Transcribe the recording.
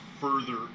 further